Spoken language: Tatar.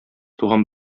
туган